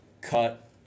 Cut